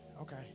okay